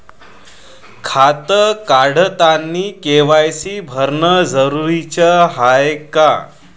खातं काढतानी के.वाय.सी भरनं जरुरीच हाय का?